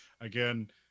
Again